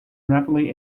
rapidly